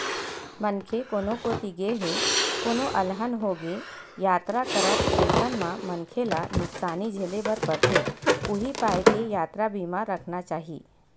मनखे कोनो कोती गे हे कोनो अलहन होगे यातरा करत अइसन म मनखे ल नुकसानी झेले बर परथे उहीं पाय के यातरा बीमा रखना चाही